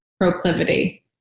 proclivity